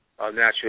Natural